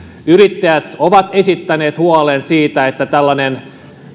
yrittäjät ovat esittäneet huolen siitä että tällainen